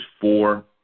four